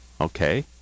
Okay